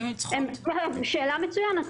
שאלה מצוינת.